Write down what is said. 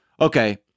Okay